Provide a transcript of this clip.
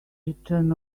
return